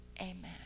amen